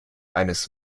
eines